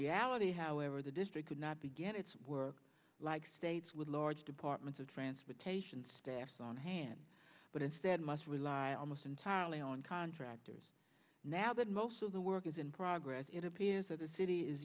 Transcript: reality however the district could not begin its work like states with a large department of transportation staffs on hand but instead must rely almost entirely on contractors now that most of the work as in progress it appears that the city is